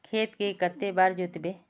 खेत के कते बार जोतबे?